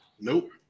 Nope